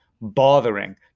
bothering